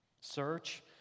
Search